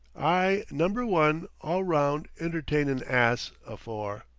ay number one, all-round, entertynin' ass, afore!